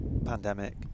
pandemic